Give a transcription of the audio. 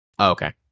okay